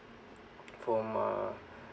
from uh